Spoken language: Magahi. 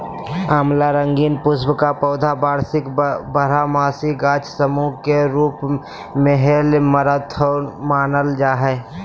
आँवला रंगीन पुष्प का पौधा वार्षिक बारहमासी गाछ सामूह के रूप मेऐमारैंथमानल जा हइ